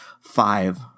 five